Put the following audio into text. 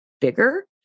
bigger